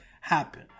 happen